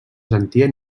sentia